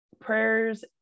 prayers